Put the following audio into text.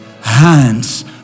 hands